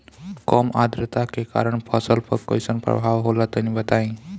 कम आद्रता के कारण फसल पर कैसन प्रभाव होला तनी बताई?